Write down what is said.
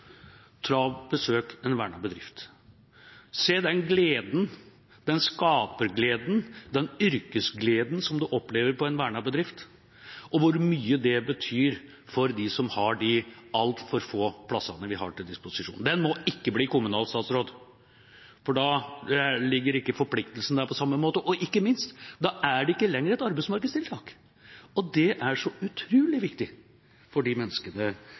dag: Besøk en vernet bedrift! Se den gleden, den skapergleden og den yrkesgleden som man opplever i en vernet bedrift, og hvor mye det betyr for dem som har de altfor få plassene vi har til disposisjon! Det må ikke bli kommunalt, for da ligger ikke forpliktelsen der på samme måte. Og ikke minst: Da er det ikke lenger et arbeidsmarkedstiltak. Det er så utrolig viktig for de menneskene